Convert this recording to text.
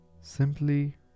simply